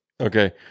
Okay